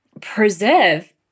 preserve